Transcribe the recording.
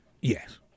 Yes